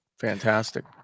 Fantastic